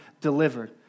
delivered